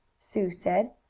sue said.